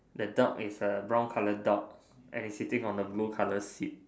the dog is a brown color dog and is sitting on a blue color seat